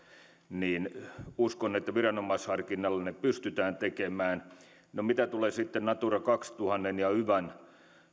niin uskon että viranomaisharkinnalla ne pystytään tekemään mitä tulee sitten natura kaksituhattan ja yvan